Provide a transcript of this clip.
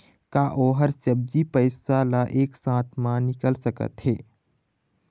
का ओ हर सब्बो पैसा ला एक साथ म निकल सकथे?